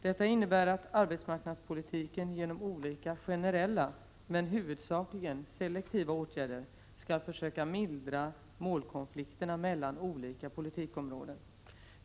Detta innebär att arbetsmarknadspolitiken genom olika generella, men huvudsakligen selektiva åtgärder skall försöka mildra målkonflikterna mellan olika politikområden.